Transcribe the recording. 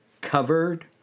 covered